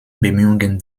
bemühungen